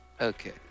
Okay